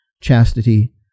chastity